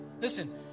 Listen